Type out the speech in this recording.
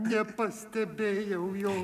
nepastebėjau jo